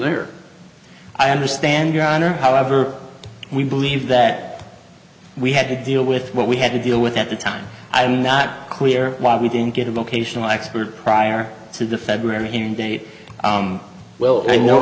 later i understand your honor however we believe that we had to deal with what we had to deal with at the time i'm not clear why we didn't get a vocational expert prior to the february hearing date well they know